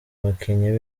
bakinnyi